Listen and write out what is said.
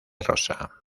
rosa